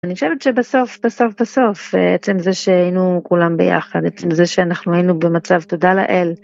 אני חושבת שבסוף, בסוף, בסוף, עצם זה שהיינו כולם ביחד, עצם זה שאנחנו היינו במצב תודה לאל.